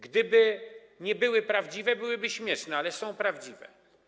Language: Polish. Gdyby nie były prawdziwe, byłyby śmieszne, ale są prawdziwe.